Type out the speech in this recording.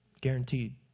Guaranteed